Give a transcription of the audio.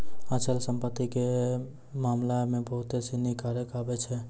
अचल संपत्ति के मामला मे बहुते सिनी कारक आबै छै